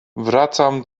wracam